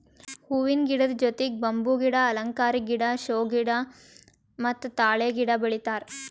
ಹೂವಿನ ಗಿಡದ್ ಜೊತಿಗ್ ಬಂಬೂ ಗಿಡ, ಅಲಂಕಾರಿಕ್ ಅಥವಾ ಷೋ ಗಿಡ ಮತ್ತ್ ತಾಳೆ ಗಿಡ ಬೆಳಿತಾರ್